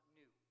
new